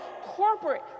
corporate